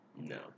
no